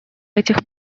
этих